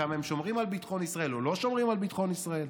כמה הם שומרים על ביטחון ישראל או לא שומרים על ביטחון ישראל,